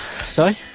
Sorry